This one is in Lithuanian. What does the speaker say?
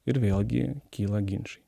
ir vėlgi kyla ginčai